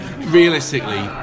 realistically